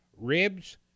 ribs